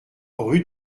rue